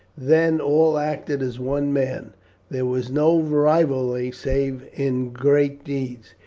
then all acted as one man there was no rivalry save in great deeds.